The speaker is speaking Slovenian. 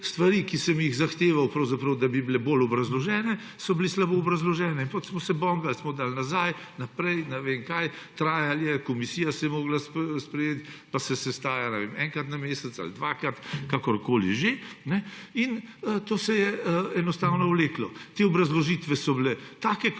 Stvari, za katere sem zahteval, da bi bile bolj obrazložene, so bile slabo obrazložene in smo se bongali, smo dali nazaj, naprej, ne vem kaj, trajalo je, komisija je morala sprejeti pa se je sestajala enkrat na mesec ali dvakrat, kakorkoli že. In to se je enostavno vleklo. Te obrazložitve so bile